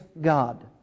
God